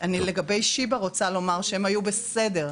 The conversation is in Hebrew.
אני לגבי שיבא רוצה לומר שהם היו בסדר.